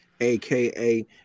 aka